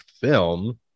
film